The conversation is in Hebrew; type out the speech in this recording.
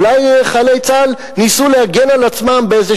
אולי חיילי צה"ל ניסו להגן על עצמם באיזה